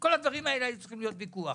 כל הדברים האלה היו צריכים בוויכוח.